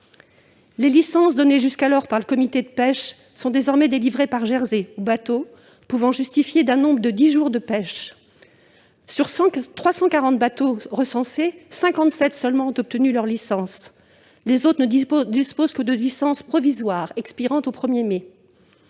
Les licences données jusqu'alors par le comité de pêche sont désormais délivrées par Jersey aux bateaux pouvant justifier d'un nombre de dix jours de pêche. Sur 340 bateaux recensés, 57 ont obtenu leur licence. Les autres ne disposent que de licences provisoires expirant au 1 mai